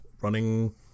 running